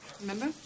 remember